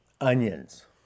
onions